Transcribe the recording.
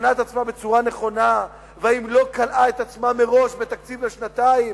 תכננה עצמה בצורה נכונה והאם לא כלאה את עצמה מראש לתקציב לשנתיים.